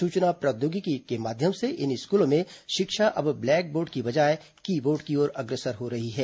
सूचना प्रौद्योगिकी के माध्यम से इन स्कूलों में शिक्षा अब ब्लैक बोर्ड की बजाय की बोर्ड की ओर अग्रसर हो रही है